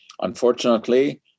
Unfortunately